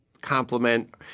compliment